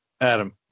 Adam